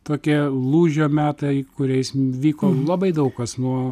tokie lūžio metai kuriais vyko labai daug kas nuo